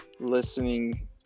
listening